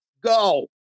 go